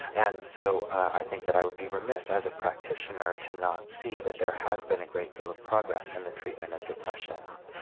and so i think that i would be remiss as a practitioner to not see that there has been a great deal of progress in the treatment of depression.